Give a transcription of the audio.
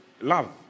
love